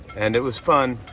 and it was fun.